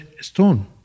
stone